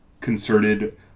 concerted